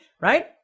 right